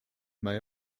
may